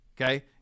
Okay